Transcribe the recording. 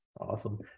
Awesome